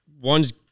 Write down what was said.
one's